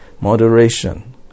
Moderation